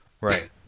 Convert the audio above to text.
right